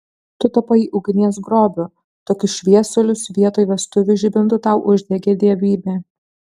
tu tapai ugnies grobiu tokius šviesulius vietoj vestuvių žibintų tau uždegė dievybė